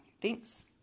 Thanks